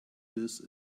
this